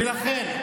בסדר.